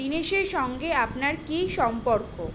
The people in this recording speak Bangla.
দীনেশের সঙ্গে আপনার কী সম্পর্ক